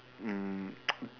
um